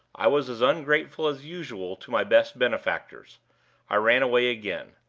i was as ungrateful as usual to my best benefactors i ran away again.